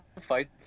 fight